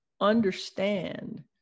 understand